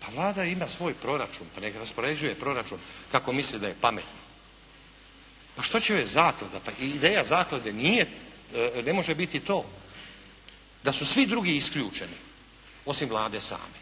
Pa Vlada ima svoj proračun, pa neka raspoređuje proračun kako misli da je pametno. Šta će joj zaklada? Pa ideja zaklade ne može biti to da su svi drugi isključeni osim Vlade same.